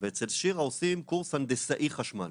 ואצל שירה עושים קורס הנדסאי חשמל